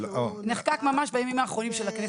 הוא נחקק ממש בימים האחרונים של הכנסת הקודמת.